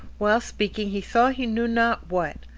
while speaking, he saw he knew not what,